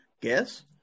guess